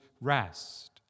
rest